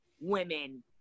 women